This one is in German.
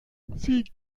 sie